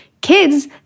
kids